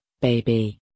baby